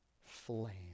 flame